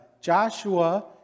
Joshua